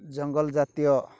ଜଙ୍ଗଲଜାତୀୟ